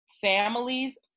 Families